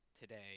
today